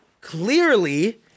clearly